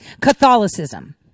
Catholicism